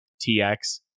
TX